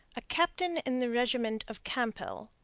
a captain in the regiment of campelle,